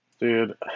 Dude